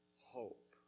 hope